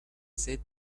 said